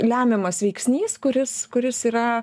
lemiamas veiksnys kuris kuris yra